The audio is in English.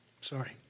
Sorry